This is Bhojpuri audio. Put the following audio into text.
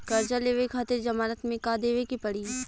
कर्जा लेवे खातिर जमानत मे का देवे के पड़ी?